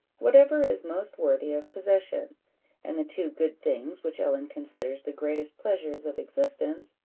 whatever is most worthy of possession and the two good things which ellen considers the greatest pleasures of existence,